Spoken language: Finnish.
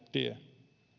tie